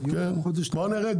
בוא נראה,